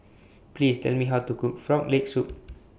Please Tell Me How to Cook Frog Leg Soup